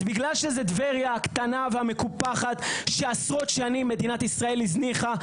אז בגלל שזה טבריה הקטנה והמקופחת שעשרות שנים מדינת ישראל הזניחה,